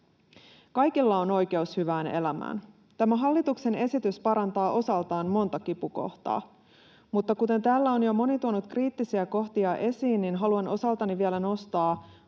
Kaikilla on oikeus hyvään elämään. Tämä hallituksen esitys parantaa osaltaan monta kipukohtaa, mutta kuten täällä on jo moni tuonut kriittisiä kohtia esiin, haluan osaltani vielä nostaa